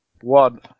One